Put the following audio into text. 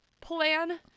plan